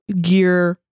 gear